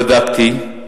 בדקתי,